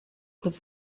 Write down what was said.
was